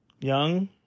young